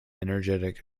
energetic